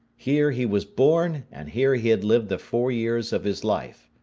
here he was born, and here he had lived the four years of his life.